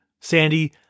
Sandy